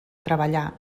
treballar